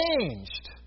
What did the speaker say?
changed